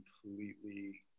completely